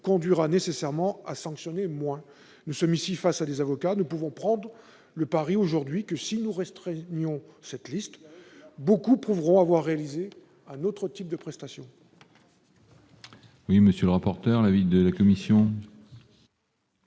conduira nécessairement à sanctionner moins. Nous sommes en l'espèce face à des avocats. Nous pouvons prendre le pari, aujourd'hui, que si nous restreignons cette liste, beaucoup prouveront avoir réalisé un autre type de prestations.